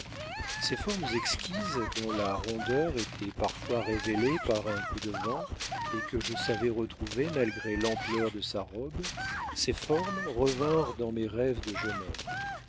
ses formes exquises dont la rondeur était parfois révélée par un coup de vent et que je savais retrouver malgré l'ampleur de sa robe ses formes revinrent dans mes rêves de jeune homme